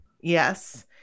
Yes